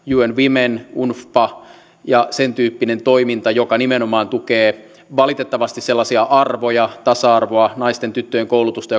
un womenia unfpaa ja sen tyyppistä toimintaa joka nimenomaan tukee sellaisia arvoja tasa arvoa naisten ja tyttöjen koulutusta